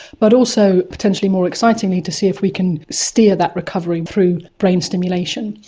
but also potentially more excitingly to see if we can steer that recovery through brain stimulation.